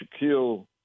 Shaquille